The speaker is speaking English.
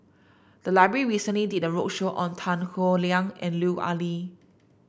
the library recently did a roadshow on Tan Howe Liang and Lut Ali